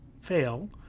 fail